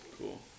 Cool